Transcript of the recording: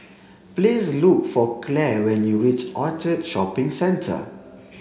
please look for Claire when you reach Orchard Shopping Centre